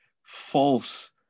false